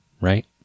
right